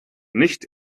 nicht